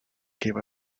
give